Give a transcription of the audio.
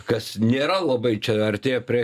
kas nėra labai čia artėja prie